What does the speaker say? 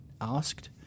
asked